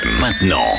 maintenant